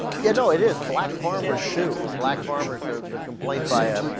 you know it is black farmers to black farmers the the complaint by ah.